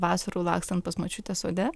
vasarų lakstant pas močiutę sode